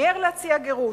מיהר להציע גירוש,